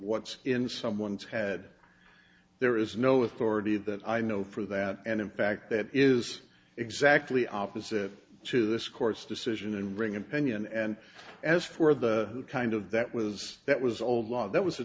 what's in someone's head there is no authority that i know for that and in fact that is exactly opposite to this court's decision and ring opinion and as for the kind of that was that was old law that was a